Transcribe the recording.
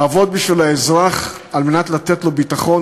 לעבוד בשביל האזרח על מנת לתת לו ביטחון,